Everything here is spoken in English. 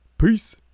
Peace